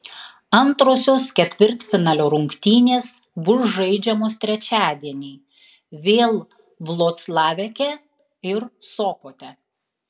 antrosios ketvirtfinalio rungtynės bus žaidžiamos trečiadienį vėl vloclaveke ir sopote